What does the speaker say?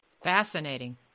Fascinating